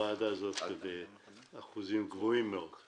בוועדה הזאת באחוזים גבוהים מאוד.